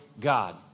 God